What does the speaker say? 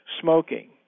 smoking